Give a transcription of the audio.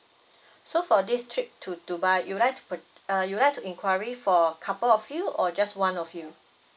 so for this trip to dubai you'd like to pur~ uh you'd like to inquiry for couple of you or just one of you